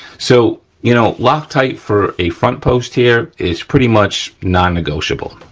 so, you know, loctite for a front post here is pretty much nonnegotiable,